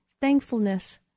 thankfulness